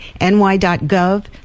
ny.gov